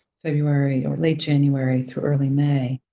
february or late january through early may.